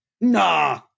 Nah